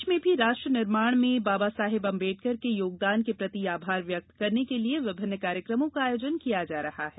प्रदेश में भी राष्ट्र निर्माण में बाबा साहेब आम्बेडकर के योगदान के प्रति आभार व्यक्त करने के लिए विभिन्न कार्यक्रमों का आयोजन किया जा रहा है